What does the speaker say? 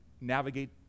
navigate